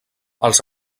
els